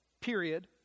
period